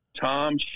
Tom